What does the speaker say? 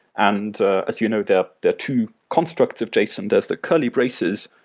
and ah as you know, the the two construct of json does the curly braces,